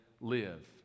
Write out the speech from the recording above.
live